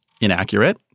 inaccurate